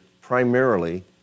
primarily